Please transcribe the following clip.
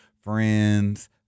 friends